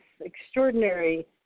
Extraordinary